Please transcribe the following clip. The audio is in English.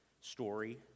story